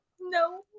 No